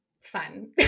fun